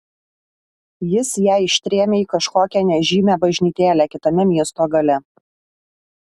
jis ją ištrėmė į kažkokią nežymią bažnytėlę kitame miesto gale